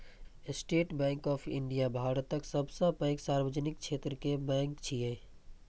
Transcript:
state Bank of India भारतक सबसं पैघ सार्वजनिक क्षेत्र के बैंक छियै